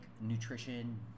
nutrition